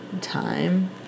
Time